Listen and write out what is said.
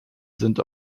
sind